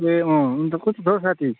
ए अँ अन्त कस्तो छ है साथी